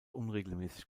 unregelmäßig